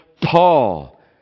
Paul